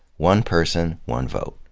one person, one vote.